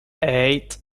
eight